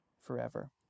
forever